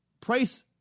price